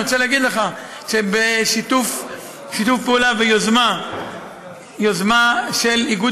אני רוצה להגיד לך שבשיתוף פעולה ויוזמה של איגוד